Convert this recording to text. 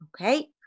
okay